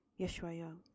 Yeshua